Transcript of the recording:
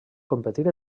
competir